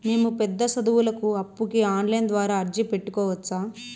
మేము పెద్ద సదువులకు అప్పుకి ఆన్లైన్ ద్వారా అర్జీ పెట్టుకోవచ్చా?